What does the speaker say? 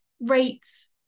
rates